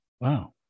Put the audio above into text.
wow